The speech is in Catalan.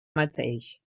mateix